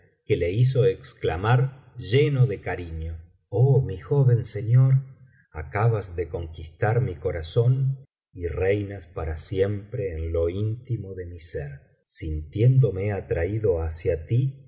que le hizo exclamar lleno de carino oh mi joven señor acabas de conquistar mi corazón y reinas para siempre en lo íntimo de mi ser sintiéndome atraído hacia ti